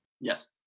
Yes